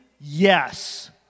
Yes